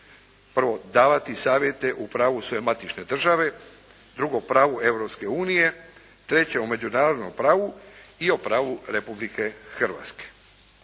može davati savjete o pravu svoje matične države, o pravu Europske unije, o međunarodnom pravu i o pravu Republike Hrvatske.